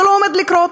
זה לא עומד לקרות.